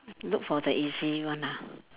look for the easy one ah